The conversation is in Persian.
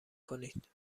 کنید